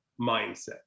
mindset